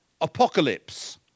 apocalypse